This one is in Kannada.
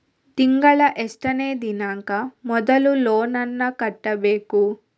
ತಿಂಗಳ ಎಷ್ಟನೇ ದಿನಾಂಕ ಮೊದಲು ಲೋನ್ ನನ್ನ ಕಟ್ಟಬೇಕು?